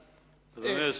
גנאים.